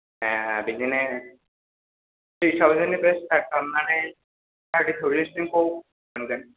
ए बिदिनो थ्रि थावजेननिफ्राय स्तार्त खालामनानै थारथि थावजेनसिमखौ मोनगोन